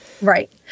Right